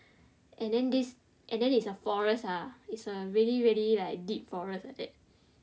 and then this and then it's a forest ah it's a really really deep forest like that